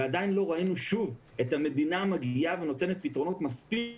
ועדיין לא ראינו שוב את המדינה מגיעה ונותנת פתרונות מספיק רחבים,